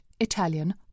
Italian